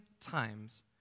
times